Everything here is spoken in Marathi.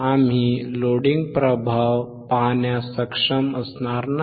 आम्ही लोडिंग प्रभाव पाहण्यास सक्षम असणार नाही